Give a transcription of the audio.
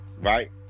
right